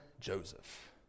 Joseph